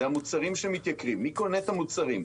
זה המוצרים שמתייקרים, מי קונה את המוצרים?